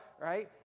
right